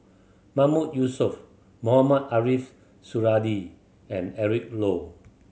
Mahmood Yusof Mohamed Ariff Suradi and Eric Low